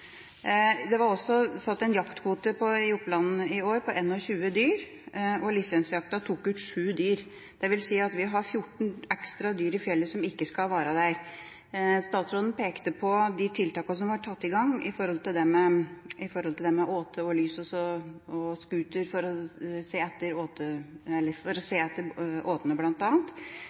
Det var satt en jaktkvote i Oppland i år på 21 dyr, og lisensjakta tok ut 7 dyr. Det vil si at vi har 14 ekstra dyr i fjellet, som ikke skal være der. Statsråden pekte på de tiltakene som var satt i gang når det gjelder det med åte og lys – scooter for å se etter åtene bl.a. – men vi vet at